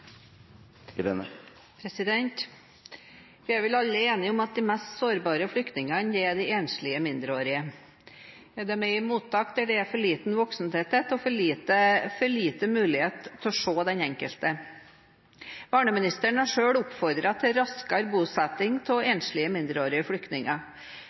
vel alle enige om at de mest sårbare flyktningene er de enslige mindreårige. De er i mottak der det er for liten voksentetthet og for liten mulighet til å se den enkelte. Barneministeren har selv oppfordret til raskere bosetting av enslige mindreårige flyktninger,